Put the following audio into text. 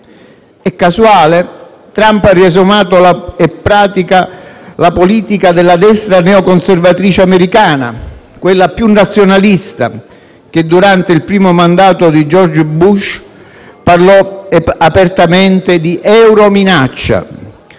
È casuale? Trump ha riesumato la pratica e la politica della destra neoconservatrice americana, quella più nazionalista, che durante il primo mandato di George Bush parlò apertamente di eurominaccia.